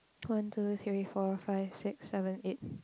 one two three four five six seven eight